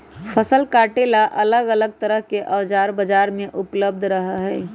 फसल काटे ला अलग तरह के औजार बाजार में उपलब्ध रहा हई